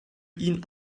ihn